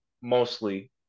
mostly